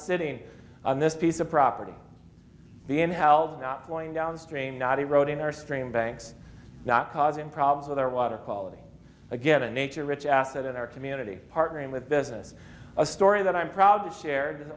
sitting on this piece of property being held not going downstream not eroding our stream banks not causing problems with our water quality again in nature rich asset in our community partnering with business a story that i'm proud to shared